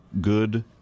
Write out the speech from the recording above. good